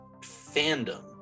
fandom